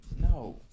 No